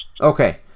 Okay